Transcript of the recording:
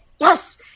yes